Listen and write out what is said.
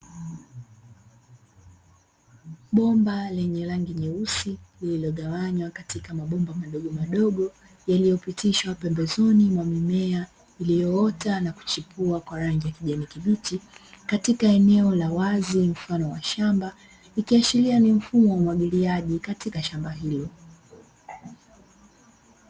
Bomba lenye rangi nyeusi lililogawanywa katika mabomba madogomadogo yaliyopitishwa pembezoni mwa mimea iliyoota na kuchipua kwa rangi ya kijani kibichi katika eneo la wazi mfano wa shamba, ikiashiria ni mfumo wa umwagiliaji katika shamba hilo.